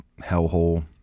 hellhole